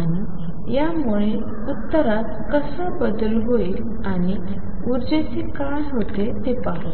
आणि यामुळे उत्तरात कसा बदल होईल आणि ऊर्जेचे काय होते ते पाहू